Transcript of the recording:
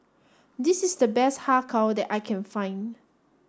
this is the best Har Kow that I can find